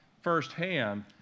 firsthand